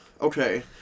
Okay